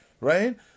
right